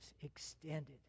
extended